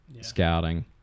scouting